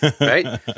right